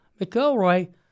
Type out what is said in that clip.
McElroy